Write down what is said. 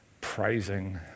praising